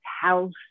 house